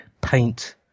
paint